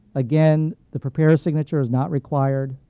again, the preparer's signature is not required.